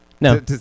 no